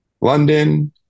London